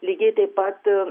lygiai taip pat